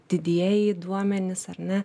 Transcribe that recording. didieji duomenys ar ne